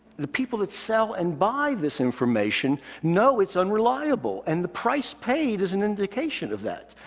the people that sell and buy this information know it's unreliable, and the price paid is an indication of that.